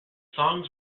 songs